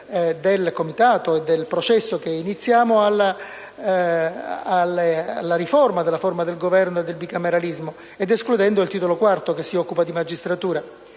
del Comitato e del processo che iniziamo alla riforma della forma di Governo e del bicameralismo, escludendo il Titolo IV, che si occupa di magistratura,